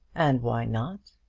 and why not?